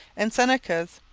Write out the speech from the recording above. and senecas.